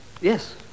yes